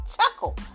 chuckle